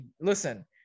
Listen